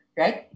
right